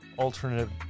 alternative